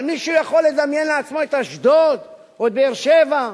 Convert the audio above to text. אבל מישהו יכול לדמיין לעצמו את אשדוד או את באר-שבע,